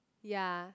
ya